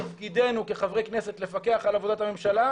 תפקידנו כחברי כנסת לפקח על עבודת הממשלה ואנחנו נעשה את זה.